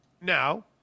Now